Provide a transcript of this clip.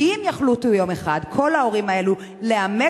כי אם יחליטו יום אחד כל ההורים האלו לאמץ